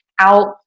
out